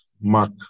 Mark